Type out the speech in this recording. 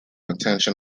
intention